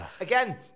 Again